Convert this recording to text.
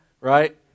Right